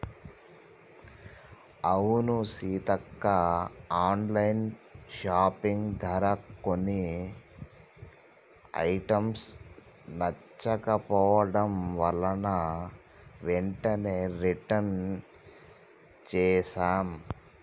అవును Seethakka online shopping ధర కొన్ని ఐటమ్స్ నచ్చకపోవడం వలన వెంటనే రిటన్ చేసాం